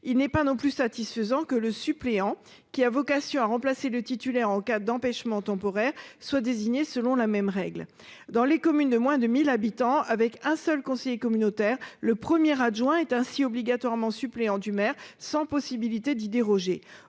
il n'est pas non plus satisfaisant que le suppléant qui a vocation à remplacer le titulaire en cas d'empêchement temporaire soit désigné selon la même règle dans les communes de moins de 1000 habitants avec un seul conseiller communautaire, le premier adjoint est ainsi obligatoirement suppléant du maire, sans possibilité d'y déroger.